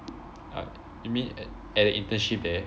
uh you mean at at the internship there